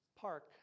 park